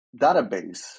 database